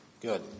Good